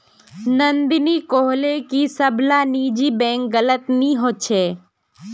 नंदिनी कोहले की सब ला निजी बैंक गलत नि होछे